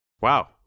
Wow